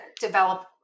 develop